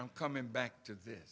i'm coming back to th